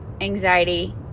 anxiety